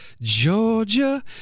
Georgia